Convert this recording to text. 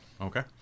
Okay